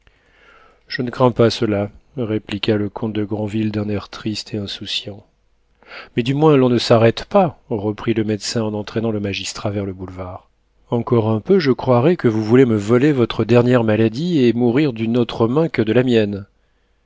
je ne crains pas ceux-là répliqua le comte de granville d'un air triste et insouciant mais du moins l'on ne s'arrête pas reprit le médecin en entraînant le magistrat vers le boulevard encore un peu je croirais que vous voulez me voler votre dernière maladie et mourir d'une autre main que de la mienne